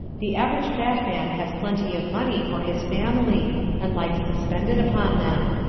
the average fat man has plenty of money for his family and likes to spend it upon them.